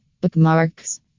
Bookmarks